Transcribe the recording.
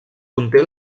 conté